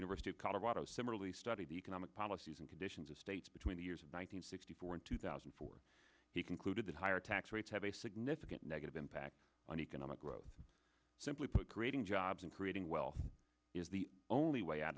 university of colorado similarly studied the economic policies and conditions of states between the years of one hundred sixty four and two thousand and four he concluded that higher tax rates have a significant negative impact on economic growth simply put creating jobs and creating wealth is the only way out